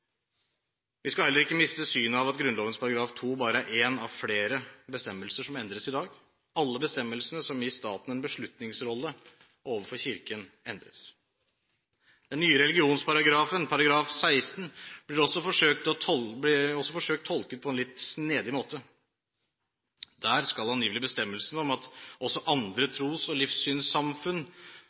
Vi skal heller ikke miste av syne at Grunnloven § 2 bare er en av flere bestemmelser som endres i dag. Alle bestemmelsene som gir staten en beslutningsrolle overfor Kirken, endres. Den nye religionsparagrafen, § 16, blir også forsøkt tolket på en litt snedig måte. Her skal angivelig bestemmelsen om at også andre tros- og livssynssamfunn